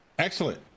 Excellent